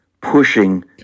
pushing